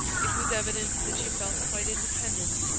it was evident that she felt quite independent,